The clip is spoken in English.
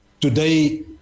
today